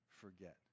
forget